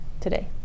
today